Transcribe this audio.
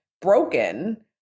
broken